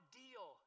deal